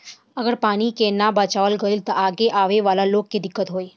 अगर पानी के ना बचावाल गइल त आगे आवे वाला लोग के दिक्कत होई